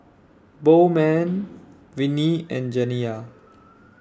Bowman Vinie and Janiya